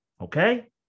Okay